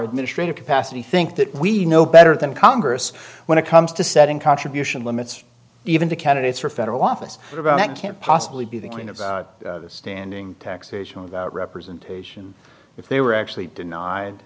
administrative capacity think that we know better than congress when it comes to setting contribution limits even to candidates for federal office about that can't possibly be the queen of standing taxation without representation if they were actually denied